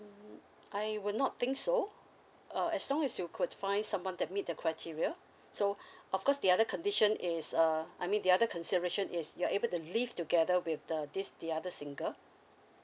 mm I would not think so uh as long as you could find someone that meet the criteria so of course the other condition is uh I mean the other consideration is you're able to live together with the this the other single